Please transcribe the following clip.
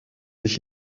sich